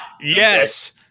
Yes